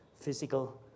physical